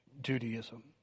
Judaism